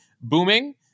booming